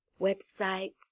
websites